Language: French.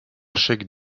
chèque